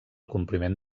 compliment